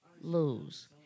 lose